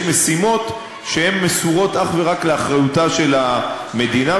יש משימות שהן מסורות אך ורק לאחריותה של המדינה.